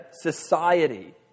society